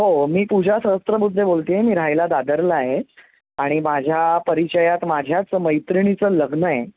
हो मी पूजा सहस्रबुद्धे बोलते आहे मी रहायला दादरला आहे आणि माझ्या परिचयात माझ्याच मैत्रिणीचं लग्न आहे